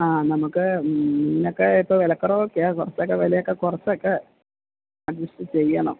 ആ നമുക്ക് മീനൊക്കെ ഇപ്പം വില കുറവൊക്കെയാണ് കുറച്ചൊക്കെ വിലയൊക്കെ കുറച്ചൊക്കെ അഡ്ജസ്റ്റ് ചെയ്യണം